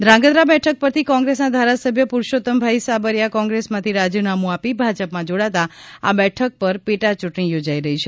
ધ્રાંગધ્રા બેઠક પરથી કોંગ્રેસના ધારાસભ્ય પુરુષોતમભાઇ સાબરીયા કોંગ્રેસમાંથી રાજીનામુ આપી ભાજપમાં જોડાતા આ બેઠક પર પેટા ચૂંટણી યોજાઇ રહી છે